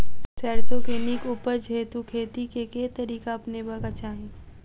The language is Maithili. सैरसो केँ नीक उपज हेतु खेती केँ केँ तरीका अपनेबाक चाहि?